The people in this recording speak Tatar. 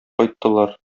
кайттылар